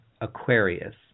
aquarius